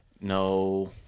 no